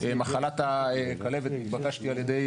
מחלת הכלבת, התבקשתי על ידי